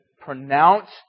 pronounce